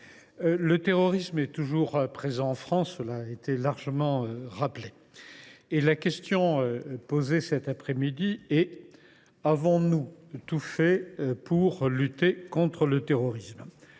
le terrorisme est toujours présent en France, cela a été largement rappelé. La question posée cet après midi est la suivante : avons nous tout fait pour lutter contre le terrorisme ?